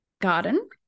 garden